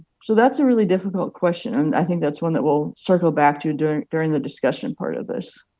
so that's a really difficult question, and i think that's one that we'll circle back to during during the discussion part of this.